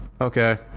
Okay